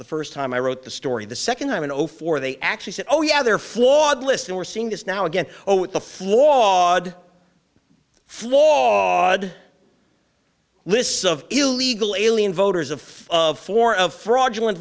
the first time i wrote the story the second time in over four they actually said oh yeah they're flawed listen we're seeing this now again the flawed flawed lists of illegal alien voters of of four of fraudulent